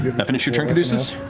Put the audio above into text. that finish your turn, caduceus?